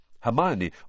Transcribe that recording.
Hermione